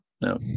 no